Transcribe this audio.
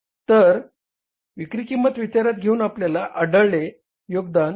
तर विक्री किंमत विचारात घेऊन आपल्याला आढळलेले योगदान 33